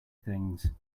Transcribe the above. things